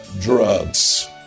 drugs